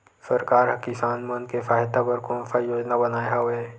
सरकार हा किसान मन के सहायता बर कोन सा योजना बनाए हवाये?